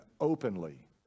openly